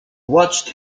watched